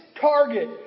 target